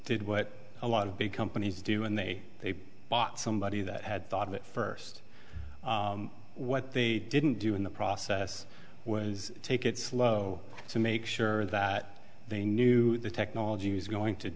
did what a lot of big companies do and they they bought somebody that had thought of it first what they didn't do in the process was take it slow to make sure that they knew the technology was going to